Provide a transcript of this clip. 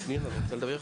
בבקשה.